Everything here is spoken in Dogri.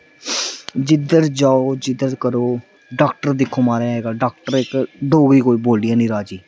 जिद्धर जाओ जिद्धर करो डॉक्टर दिक्खो म्हाराज अज्जकल डॉक्टर कोई डोगरी निं बोल्लियै कोई राज़ी